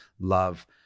love